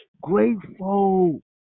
grateful